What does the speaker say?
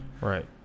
Right